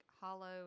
hollow